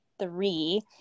three